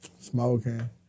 Smoking